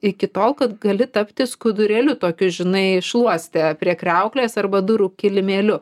iki tol kad gali tapti skudurėliu tokiu žinai šluoste prie kriauklės arba durų kilimėliu